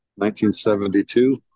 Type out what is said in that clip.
1972